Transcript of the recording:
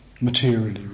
materially